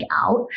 out